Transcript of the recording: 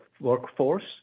workforce